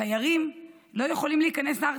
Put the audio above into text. תיירים לא יכולים להיכנס ארצה?